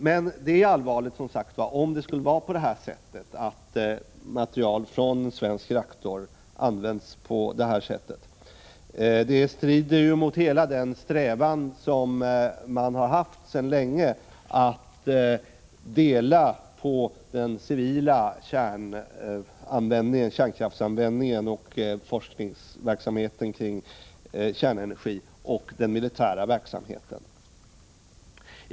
Men det är som sagt allvarligt, om det skulle vara så att material från en svensk reaktor används på detta sätt. Det skulle ju strida mot den strävan som man haft sedan länge att dela på denna verksamhet i å ena sidan den civila kärnkraftsanvändningen och forskningsverksamheten kring kärnenergi och å andra sidan den militära verksamheten.